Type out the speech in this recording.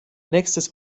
nächstes